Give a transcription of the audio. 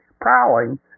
prowling